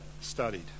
studied